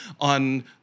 on